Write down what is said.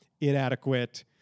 inadequate